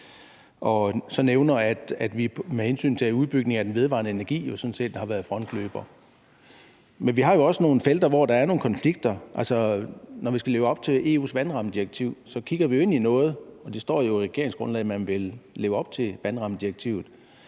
og så nævner, at vi med hensyn til udbygning af den vedvarende energi jo sådan set har været frontløbere. Men vi har jo også nogle felter, hvor der er nogle konflikter. Altså, når vi skal leve op til EU's vandrammedirektiv, og det står jo i regeringsgrundlaget, at man vil leve op til vandrammedirektivet,